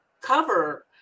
cover